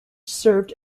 served